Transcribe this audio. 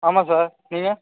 ஆமாம் சார் நீங்கள்